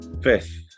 fifth